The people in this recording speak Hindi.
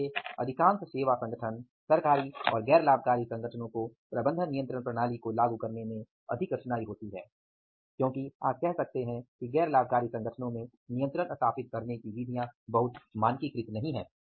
इसलिए अधिकांश सेवा संगठन सरकारी और गैर लाभकारी संगठनों को प्रबंधन नियंत्रण प्रणाली को लागू करने में अधिक कठिनाई होती है क्योंकि आप कह सकते हैं कि गैर लाभकारी संगठनों में नियंत्रण स्थापित करने की विधियाँ बहुत मानकीकृत नहीं हैं